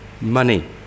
money